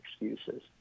excuses